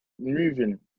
moving